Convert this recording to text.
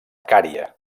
cària